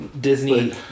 Disney